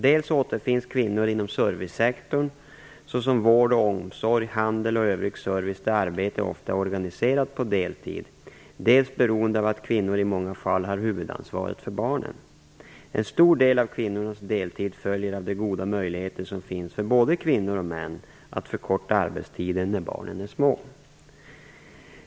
Dels återfinns kvinnor inom servicesektorerna, såsom vård och omsorg, handel och övrig service, där arbetet ofta är organiserat på deltid, dels har kvinnor i många fall huvudansvar för barnen. En stor del av kvinnornas deltid följer av de goda möjligheter som finns - för både kvinnor och män - att förkorta arbetstiden när barnen är små.